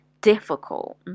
difficult